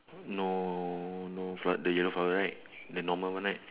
no no flower the yellow flower right the normal one right